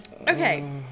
Okay